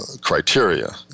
Criteria